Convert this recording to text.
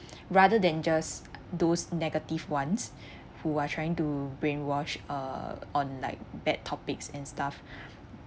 rather than just those negative ones who are trying to brainwash uh on like bad topics and stuff